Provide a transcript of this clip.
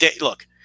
look